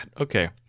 okay